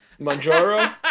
manjaro